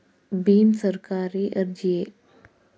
ಭೀಮ್ ಸರ್ಕಾರಿ ಅರ್ಜಿಯೇ?